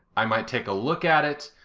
i might take a look at it,